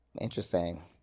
Interesting